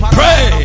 Pray